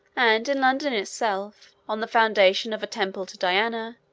and, in london itself, on the foundation of a temple to diana,